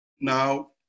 Now